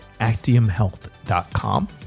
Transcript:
actiumhealth.com